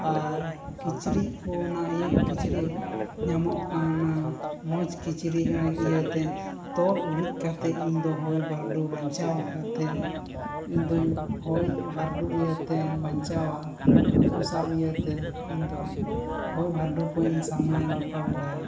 ᱟᱨ ᱠᱤᱪᱨᱤᱡ ᱠᱚ ᱚᱱᱟ ᱤᱭᱟᱹ ᱠᱤᱪᱨᱤᱡᱽ ᱧᱟᱢᱚᱜ ᱠᱟᱱ ᱚᱱᱟ ᱢᱚᱡᱽ ᱠᱤᱪᱨᱤᱡᱽ ᱚᱱᱟ ᱤᱭᱟᱹ ᱛᱤᱧ ᱛᱚᱞ ᱩᱨᱤᱡ ᱠᱟᱛᱮᱫ ᱤᱧ ᱫᱚ ᱦᱚᱭ ᱵᱟᱨᱰᱩ ᱵᱟᱧᱪᱟᱣ ᱠᱟᱛᱮᱫ ᱤᱧᱫᱚ ᱦᱚᱭ ᱵᱟᱨᱰᱩ ᱤᱭᱟᱹ ᱛᱤᱧ ᱵᱟᱧᱪᱟᱣᱟ ᱦᱟᱹᱠᱩ ᱥᱟᱵ ᱤᱭᱟᱹᱛᱮ ᱤᱧᱫᱚ ᱦᱚᱭ ᱵᱷᱟᱨᱰᱩ ᱠᱷᱚᱱ ᱤᱧ ᱥᱟᱢᱱᱟᱭᱟ ᱢᱳᱠᱟᱵᱤᱞᱟᱭᱟ